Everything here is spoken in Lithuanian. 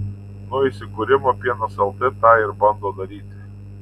nuo įsikūrimo pienas lt tą ir bando daryti